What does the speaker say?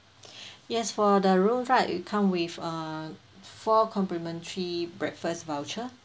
yes for the room right it come with uh four complimentary breakfast voucher